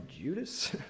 Judas